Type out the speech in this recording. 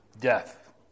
Death